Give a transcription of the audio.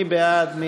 מי בעד?